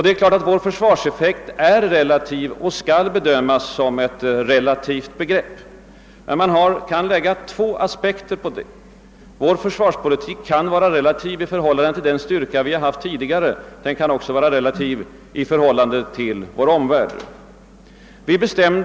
Det är klart att vår försvarseffekt är ett relativt begrepp och skall bedömas som ett relativt begrepp. Men man kan lägga två aspekter på den saken: vår försvarseffekt kan ses i relation till den vårt försvar haft tidigare. Den kan också vara relativ i förhållande till försvarseffekten i vår omvärld.